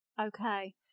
Okay